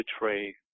betray